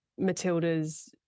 Matildas